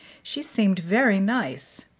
she seemed very nice,